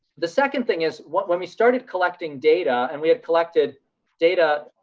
the second thing is, when we started collecting data and we had collected data,